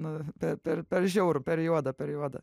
nu per per per žiauru per juoda per juoda